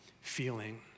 feeling